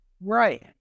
Right